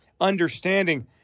understanding